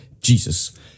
Jesus